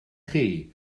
chi